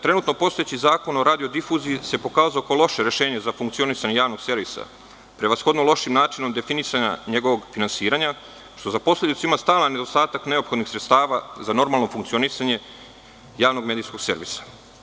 Trenutno postojeći Zakon o radiodifuziji se pokazao kao loše rešenje za funkcionisanje javnog servisa, prevashodno lošim načinu definisanja njegovog finansiranja, što za posledicu ima stalan nedostatak neophodnih sredstava za normalno funkcionisanje javnog medijskog servisa.